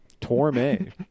torme